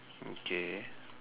okay